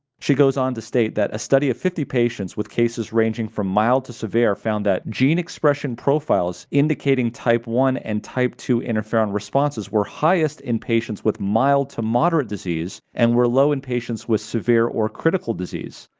she goes on to state that a study of fifty patients with cases ranging from mild to severe found that gene expression profiles indicating type one and type two interferon responses were highest in patients with mild to moderate disease and were low in patients with severe or critical disease.